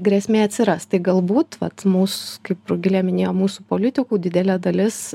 grėsmė atsiras tai galbūt vat mūsų kaip rugilė minėjo mūsų politikų didelė dalis